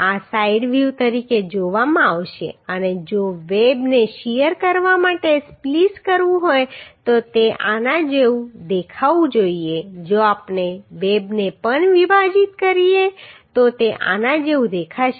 આ side view તરીકે જોવામાં આવશે અને જો વેબને શીયર કરવા માટે સ્પ્લીસ કરવું હોય તો તે આના જેવું દેખાવું જોઈએ જો આપણે વેબને પણ વિભાજીત કરીએ તો તે આના જેવું દેખાશે